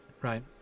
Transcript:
right